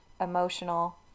emotional